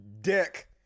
dick